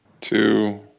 two